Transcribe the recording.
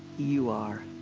you are.